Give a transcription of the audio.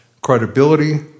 credibility